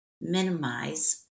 minimize